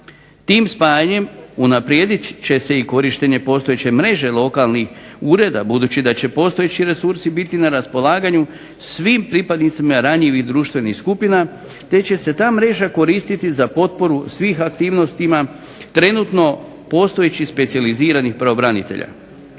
Tim spajanjem unaprijedit će se i korištenje postojeće mreže lokalnih ureda budući da će postojeći resursi biti na raspolaganju svim pripadnicima ranjivih društvenih skupina te će se ta mreža koristiti za potporu svim aktivnostima trenutno postojećih specijaliziranih pravobranitelja.